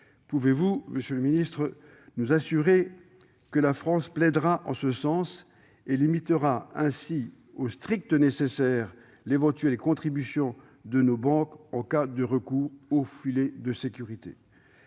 Pouvez-vous, monsieur le secrétaire d'État, nous assurer que la France plaidera en ce sens et limitera ainsi au strict nécessaire l'éventuelle contribution de nos banques en cas de recours au filet de sécurité ?